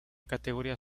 categoría